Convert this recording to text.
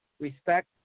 respect